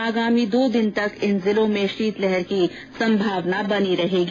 आगामी दो दिन तक इन जिलों में शीतलहर की संभावना बनी रहेगी